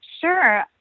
Sure